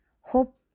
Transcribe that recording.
Hope